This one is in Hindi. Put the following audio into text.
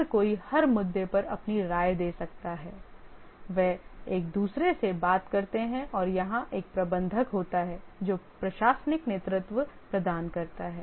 हर कोई हर मुद्दे पर अपनी राय दे सकता है वे एक दूसरे से बात करते हैं और यहां एक प्रबंधक होता है जो प्रशासनिक नेतृत्व प्रदान करता है